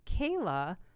Kayla